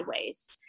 ways